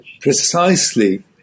precisely